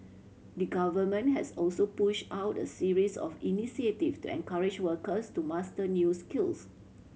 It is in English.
the Government has also push out a series of initiative to encourage workers to master new skills